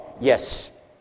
yes